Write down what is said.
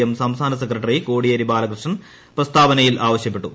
M സംസ്ഥാന secretary Kodiyeri Balakrishnan പ്രസ്താവനയിൽ ആവശ്യപ്പെട്ടു